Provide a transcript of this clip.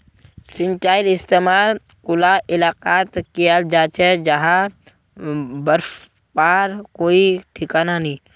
सिंचाईर इस्तेमाल उला इलाकात कियाल जा छे जहां बर्षार कोई ठिकाना नी